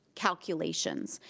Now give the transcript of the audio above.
calculations.